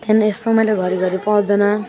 त्यहाँदेखिन् यस्तो मैले घरी घरी पाउँदैन